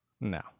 No